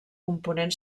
component